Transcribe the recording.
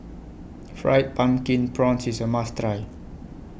Fried Pumpkin Prawns IS A must Try